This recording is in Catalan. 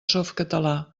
softcatalà